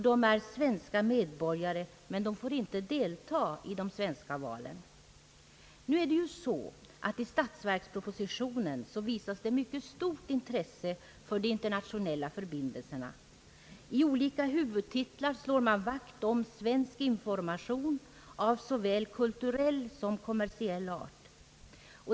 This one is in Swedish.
De är svenska medborgare, men de får inte delta i de svenska valen. Nu är det ju så att i statsverkspropositionen visas ett mycket stort intresse för de internationella förbindelserna. I olika huvudtitlar slår man vakt om svensk information av såväl kulturell som kommersiell art.